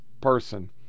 person